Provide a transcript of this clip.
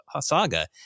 saga